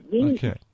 Okay